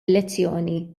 elezzjoni